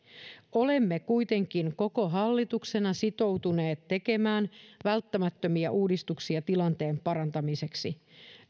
olemme kuitenkin koko hallituksena sitoutuneet tekemään välttämättömiä uudistuksia tilanteen parantamiseksi